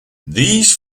these